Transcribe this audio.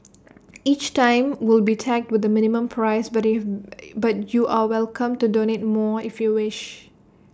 each time will be tagged with A minimum price but IT but you're welcome to donate more if you wish